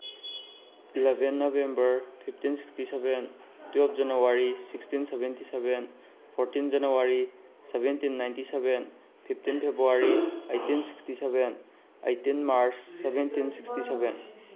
eleven November fifteen sixty seven twelve January sixteen seventy seven fourteen January seventeen ninety seven fifteen February eighteen sixty seven eighteen March seventeen sixty seven